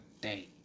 day